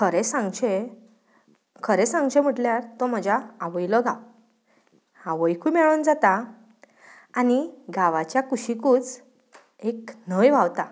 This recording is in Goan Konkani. खरें सांगचें खरें सांगचें म्हणल्यार तो म्हज्या आवयलो गांव आवयकूय मेळून जाता आनी गांवांच्या कुशीकूच एक न्हंय व्हांवता